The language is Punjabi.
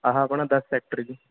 ਆਹਾ ਆਪਣਾ ਦਸ ਸੈਕਟਰ ਜੀ